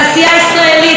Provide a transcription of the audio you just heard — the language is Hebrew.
אנשים טובים,